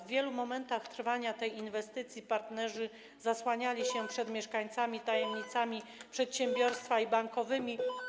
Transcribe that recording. W wielu momentach trwania tej inwestycji partnerzy zasłaniali się przed mieszkańcami tajemnicami przedsiębiorstwa i bankowymi.